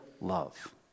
love